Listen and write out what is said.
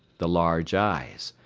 the large eyes,